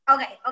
Okay